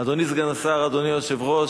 אדוני סגן השר, אדוני היושב-ראש,